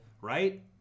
Right